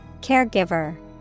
Caregiver